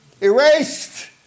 erased